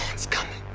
it's coming,